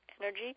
energy